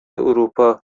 اروپا